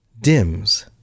dims